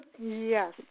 Yes